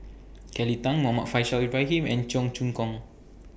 Kelly Tang Muhammad Faishal Ibrahim and Cheong Choong Kong